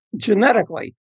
genetically